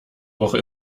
woche